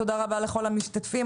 תודה רבה לכל המשתתפים.